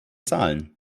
zahlen